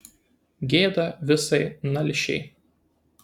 gėda visai nalšiai